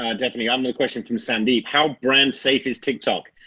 ah definitely. um another question from sandy. how brand safe is tiktok?